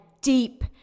deep